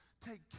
take